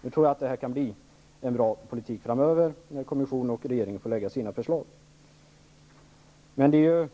Jag tror att det kan bli en bra politik framöver, när kommissionen och regeringen har fått lägga fram sina förslag.